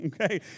Okay